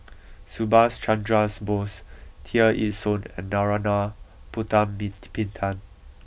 Subhas Chandra Bose Tear Ee Soon and Narana Putumaippittan